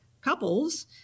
couples